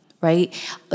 right